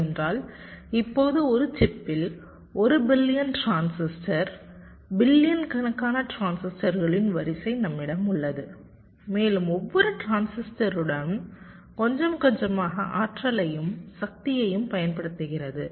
ஏனென்றால் இப்போது ஒரு சிப்பில் ஒரு பில்லியன் டிரான்சிஸ்டர் பில்லியன் கணக்கான டிரான்சிஸ்டர்களின் வரிசை நம்மிடம் உள்ளது மேலும் ஒவ்வொரு டிரான்சிஸ்டரும் கொஞ்சம் கொஞ்சமாக ஆற்றலையும் சக்தியையும் பயன்படுத்துகிறது